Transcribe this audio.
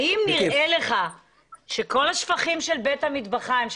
האם נראה לך שכל השפכים של בית המטבחיים,